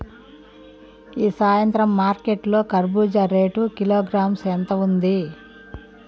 ఈ సాయంత్రం మార్కెట్ లో కర్బూజ రేటు కిలోగ్రామ్స్ ఎంత ఉంది?